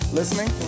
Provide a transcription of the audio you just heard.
listening